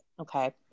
Okay